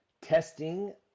testing